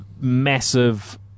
massive